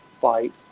fight